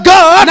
God